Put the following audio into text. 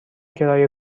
کرایه